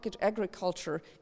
agriculture